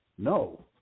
No